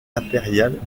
impériale